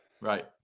Right